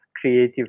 creative